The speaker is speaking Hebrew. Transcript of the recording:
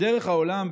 בדרך העולם,